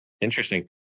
Interesting